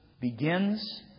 begins